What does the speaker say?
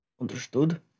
Understood